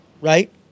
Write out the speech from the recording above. Right